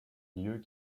lieux